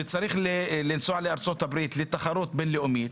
אכסאל שצריך לנסוע לארה"ב לתחרות בין-לאומית,